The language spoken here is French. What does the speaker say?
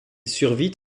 survit